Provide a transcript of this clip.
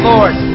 Lord